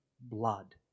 blood